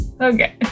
Okay